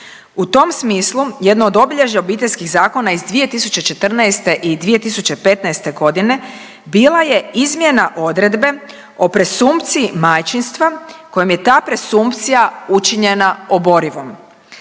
U tom smislu jedno od obilježja obiteljskih zakona iz 2014. i 2015. godine bila je izmjena odredbe o presumpciji majčinstva kojom je ta presumpcija učinjena oborivom.